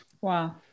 wow